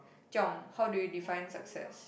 Chiong how do you define success